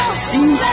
see